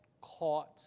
caught